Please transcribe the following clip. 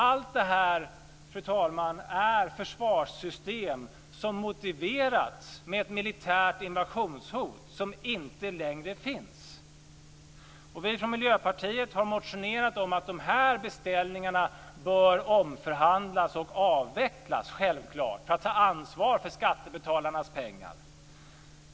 Allt det här, fru talman, är försvarssystem som motiverats med ett militärt invasionshot som inte längre finns. Vi från Miljöpartiet har motionerat om att de här beställningarna självfallet bör omförhandlas och avvecklas för att man ska ta ansvar för skattebetalarnas pengar.